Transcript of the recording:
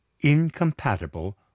incompatible